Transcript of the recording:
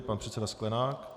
Pan předseda Sklenák?